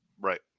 Right